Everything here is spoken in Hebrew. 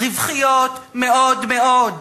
רווחיות מאוד-מאוד.